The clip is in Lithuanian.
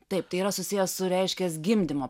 taip tai yra susiję su reiškias gimdymo